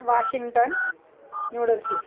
Washington New York